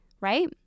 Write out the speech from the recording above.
right